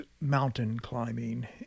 mountain-climbing